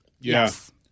Yes